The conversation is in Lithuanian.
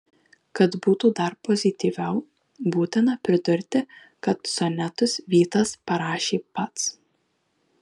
kad būtų dar pozityviau būtina pridurti kad sonetus vytas parašė pats